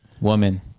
Woman